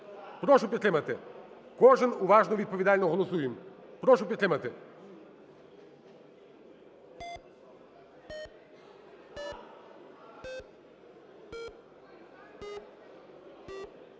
Прошу підтримати. Кожен, уважно, відповідально голосує. Прошу підтримати.